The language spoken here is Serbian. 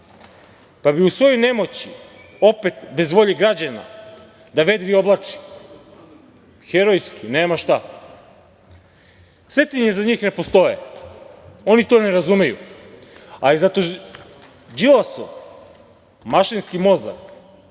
Pa, bi u svojoj nemoći, opet bez volje građana da vedri i da oblači. Herojski, nema šta. Svetinje za njih ne postoje, oni to ne razumeju, ali zato Đilasov mašinski mozak